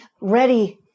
ready